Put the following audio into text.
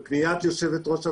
בפניית יושבת-ראש הוועדה,